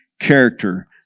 character